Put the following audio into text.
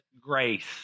grace